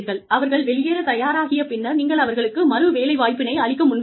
அவர்கள் வெளியேறத் தயாராகிய பின்னர் நீங்கள் அவர்களுக்கு மறு வேலைவாய்ப்பினை அளிக்க முன்வருவீர்கள்